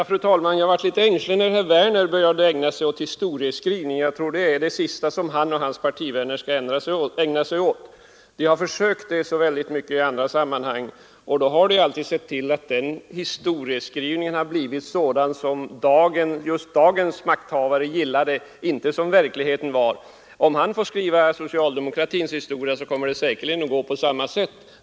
Fru talman! Jag blev litet ängslig när herr Werner i Tyresö började ägna sig åt historieskrivning. Jag tror att det är det sista som han och hans partivänner skall ägna sig åt. De har försökt det väldigt mycket i andra sammanhang, och då har de alltid sett till att den historieskrivningen har blivit just sådan som dagens makthavare gillade, inte som verkligheten har varit. Om herr Werner får skriva socialdemokratins historia, så kommer det säkerligen att gå på samma sätt.